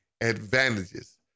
advantages